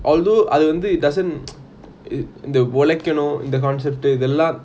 although I don't think it doesn't e~ the இந்த ஒழிக்கணும் இந்த:intha olakanum intha concept ithu ellam